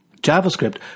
JavaScript